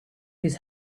his